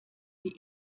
die